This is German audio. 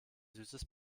süßes